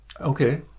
Okay